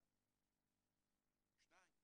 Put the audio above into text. דבר שני,